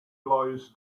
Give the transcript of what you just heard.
lies